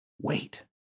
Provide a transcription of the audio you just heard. Wait